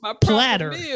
platter